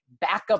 backup